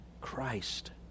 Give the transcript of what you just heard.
Christ